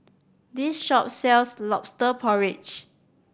this shop sells Lobster Porridge